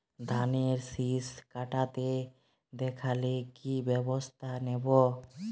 ধানের শিষ কাটতে দেখালে কি ব্যবস্থা নেব?